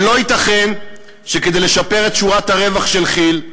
ולא ייתכן שכדי לשפר את שורת הרווח של כי"ל,